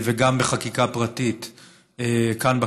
וגם בחקיקה פרטית כאן,